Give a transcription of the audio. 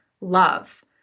love